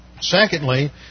Secondly